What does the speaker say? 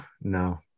No